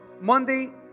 Monday